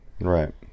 Right